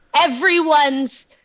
everyone's